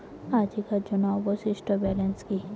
আজিকার জন্য অবশিষ্ট ব্যালেন্স কি?